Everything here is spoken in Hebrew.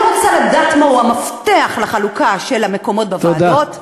אני רוצה לדעת מהו המפתח לחלוקה של המקומות בוועדות,